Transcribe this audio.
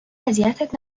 اذیتت